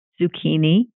zucchini